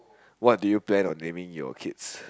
what did you plan on naming your kids